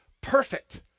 perfect